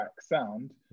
sound